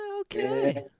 Okay